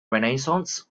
renaissance